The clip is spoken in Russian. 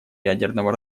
ядерного